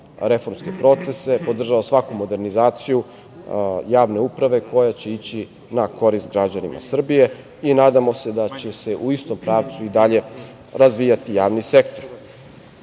reformske procese, podržava svaku modernizaciju javne uprave koja će ići na korist građanima Srbije i nadamo se da će se u istom pravcu i dalje razvijati javni sektor. Opet